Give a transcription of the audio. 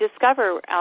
discover